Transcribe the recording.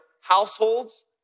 households